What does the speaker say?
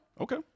okay